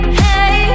hey